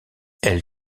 elle